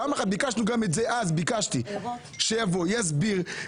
ביקשתי שיבוא ויסביר.